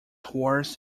horse